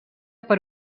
per